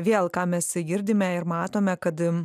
vėl ką mes girdime ir matome kad